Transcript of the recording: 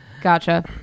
Gotcha